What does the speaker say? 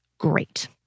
great